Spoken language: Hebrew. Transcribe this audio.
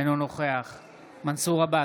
אינו נוכח מנסור עבאס,